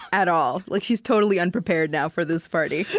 at all like she's totally unprepared now, for this party.